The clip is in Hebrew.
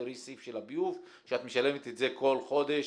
תראי סעיף של הביוב שאת משלמת את זה כל חודש,